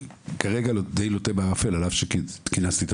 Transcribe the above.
כרגע זה לוט בערפל אף על פי שכינסתי את